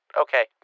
Okay